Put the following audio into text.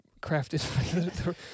crafted